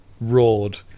roared